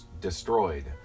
destroyed